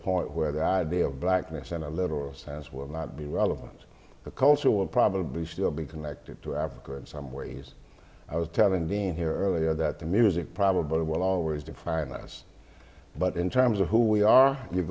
point where the idea of blackness in a literal sense will not be relevant to culture will probably still be connected to africa in some ways i was telling dean here earlier that the music probably will always define us but in terms of who we are you